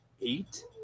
Eight